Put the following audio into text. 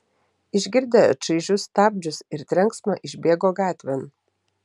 išgirdę čaižius stabdžius ir trenksmą išbėgo gatvėn